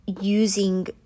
using